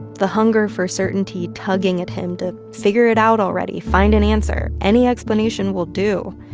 the hunger for certainty tugging at him to figure it out already, find an answer. any explanation will do.